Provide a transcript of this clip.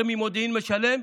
הורה ממודיעין שמשלם,